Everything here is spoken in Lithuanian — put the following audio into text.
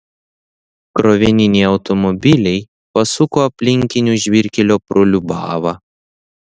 krovininiai automobiliai pasuko aplinkiniu žvyrkeliu pro liubavą